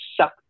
suck